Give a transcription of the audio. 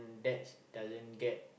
that's doesn't get